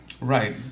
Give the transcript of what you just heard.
Right